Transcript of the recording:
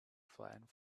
flattened